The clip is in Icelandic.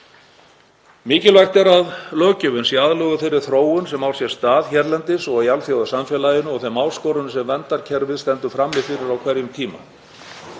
Mikilvægt er að löggjöfin sé aðlöguð þeirri þróun sem á sér stað hérlendis og í alþjóðasamfélaginu og þeim áskorunum sem verndarkerfið stendur frammi fyrir á hverjum tíma.